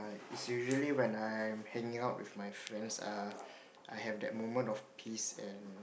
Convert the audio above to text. it's usually when I'm hanging out with my friends uh I have that moment of peace and